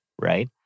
right